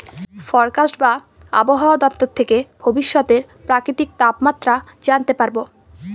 forecast বা আবহাওয়া দপ্তর থেকে ভবিষ্যতের প্রাকৃতিক তাপমাত্রা জানতে পারবো